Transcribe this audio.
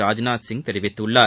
ராஜ்நாத் சிங் தெரிவித்துள்ளார்